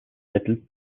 mittel